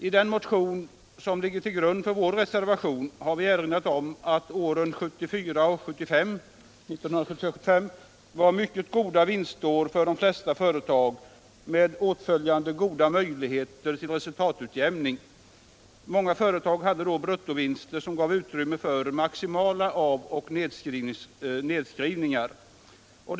I den motion som ligger till grund för vår reservation har vi erinrat om att åren 1974 och 1975 var mycket goda vinstår för de flesta företagen med åtföljande goda möjligheter till resultatutjämning. Många företag hade då bruttovinster, som gav utrymme för maximala av och nedskrivningar.